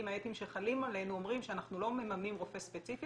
האתיים שחלים עלינו אומרים שאנחנו לא מממנים רופא ספציפי,